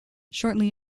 shortly